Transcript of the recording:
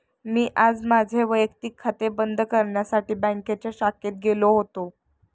मी आज माझे वैयक्तिक खाते बंद करण्यासाठी बँकेच्या शाखेत गेलो होतो